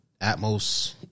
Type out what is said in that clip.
Atmos